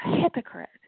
hypocrite